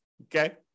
okay